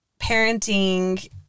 parenting